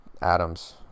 Adams